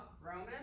Roman